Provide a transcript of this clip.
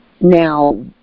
Now